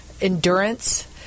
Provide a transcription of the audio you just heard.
endurance